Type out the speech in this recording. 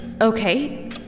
Okay